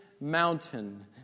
mountain